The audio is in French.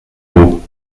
mots